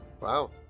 Wow